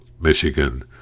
Michigan